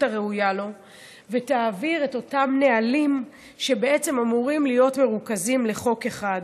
הראויה לו ותעביר את אותם נהלים שבעצם אמורים להיות מרוכזים לחוק אחד.